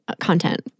content